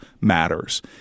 matters